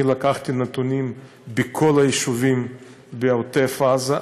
אני לקחתי נתונים מכל היישובים בעוטף עזה,